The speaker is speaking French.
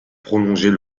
prolonger